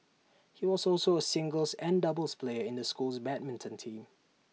he was also A singles and doubles player in the school's badminton team